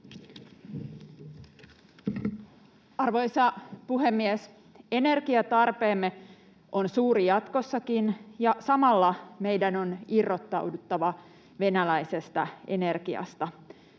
Arvoisa puhemies! Energiantarpeemme on suuri jatkossakin, ja samalla meidän on irrottauduttava venäläisestä energiasta.